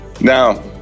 Now